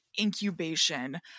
incubation